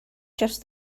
just